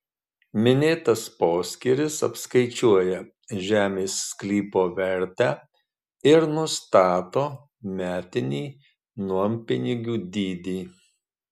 minėtas poskyris apskaičiuoja žemės sklypo vertę ir nustato metinį nuompinigių dydį